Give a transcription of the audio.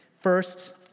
First